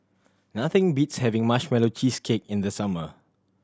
nothing beats having Marshmallow Cheesecake in the summer